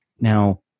Now